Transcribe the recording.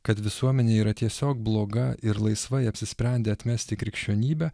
kad visuomenė yra tiesiog bloga ir laisvai apsisprendė atmesti krikščionybę